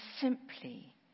simply